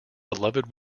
beloved